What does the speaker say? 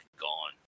gone